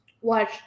Watch